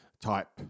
type